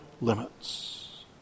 limits